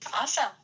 awesome